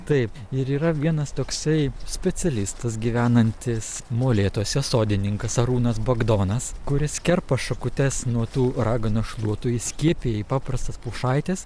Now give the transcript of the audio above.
taip ir yra vienas toksai specialistas gyvenantis molėtuose sodininkas arūnas bagdonas kuris kerpa šakutes nuo tų raganos šluotų įskiepija į paprastas pušaites